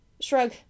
shrug